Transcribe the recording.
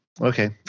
Okay